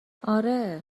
آره